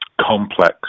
complex